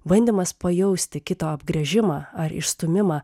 bandymas pajausti kito apgręžimą ar išstūmimą